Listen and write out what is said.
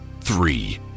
Three